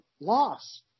loss